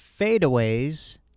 fadeaways